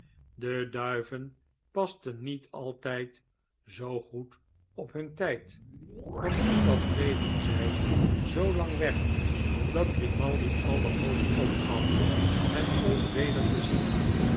de duiven pasten niet altijd zoo goed op hun tijd want dikwijls bleven zij zoo lang weg dat grimaldi alle hoop opgaf hen ooit weder te zien